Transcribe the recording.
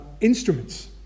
instruments